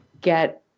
get